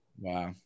Wow